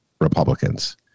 Republicans